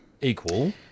equal